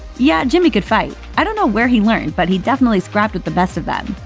yeah, jimmy could fight. i don't know where he learned, but he definitely scrapped with the best of them.